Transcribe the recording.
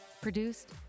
produced